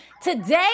Today